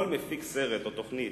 כל מפיק סרט או תוכנית,